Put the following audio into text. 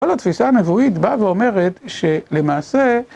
כל התפיסה הנבואית באה ואומרת שלמעשה